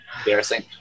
embarrassing